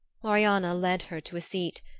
marianna led her to a seat,